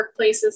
workplaces